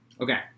Okay